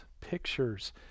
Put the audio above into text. pictures